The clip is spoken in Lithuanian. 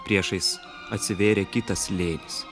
priešais atsivėrė kitas slėnis